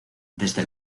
desde